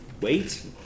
wait